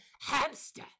hamster